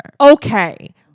okay